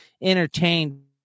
entertained